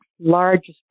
largest